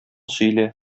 сөйлә